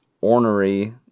ornery